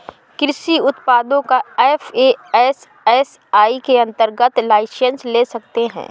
कृषि उत्पादों का एफ.ए.एस.एस.आई के अंतर्गत लाइसेंस ले सकते हैं